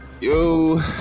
Yo